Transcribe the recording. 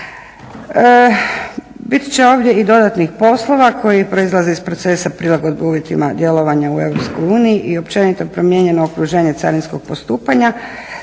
Bit će ovdje i dodatnih poslova koji proizlaze iz procesa prilagodbe uvjetima djelovanja u EU i općenito promijenjeno okruženje carinskog postupanja